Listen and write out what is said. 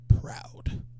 Proud